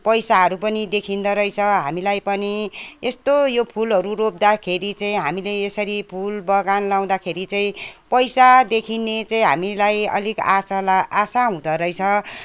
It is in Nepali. पैसाहरू पनि देखिँदो रहेछ हामीलाई पनि यस्तो यो फुलहरू रोप्दाखेरि चाहिँ हामीले यसरी फुलबगान लाउँदाखेरि चाहिँ पैसा देखिने चाहिँ हामीलाई अलिक आशा ला आशा हुँदोरहेछ